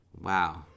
Wow